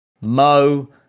Mo